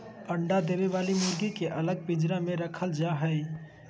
अंडा दे वली मुर्गी के अलग पिंजरा में रखल जा हई